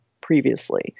previously